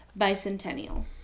bicentennial